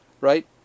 right